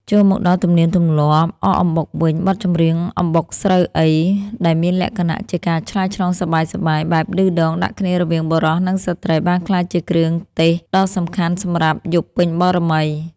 ចូលមកដល់ទំនៀមទម្លាប់អកអំបុកវិញ បទចម្រៀង «អំបុកស្រូវអី?» ដែលមានលក្ខណៈជាការឆ្លើយឆ្លងសប្បាយៗ បែបឌឺដងដាក់គ្នារវាងបុរសនិងស្រ្តី បានក្លាយជាគ្រឿងទេសដ៏សំខាន់សម្រាប់យប់ពេញបូណ៌មី។